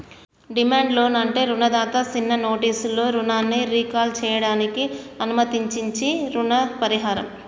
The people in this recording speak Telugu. డిమాండ్ లోన్ అంటే రుణదాత సిన్న నోటీసులో రుణాన్ని రీకాల్ సేయడానికి అనుమతించించీ రుణ పరిహారం